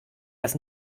das